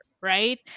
right